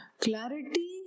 Clarity